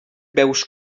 veus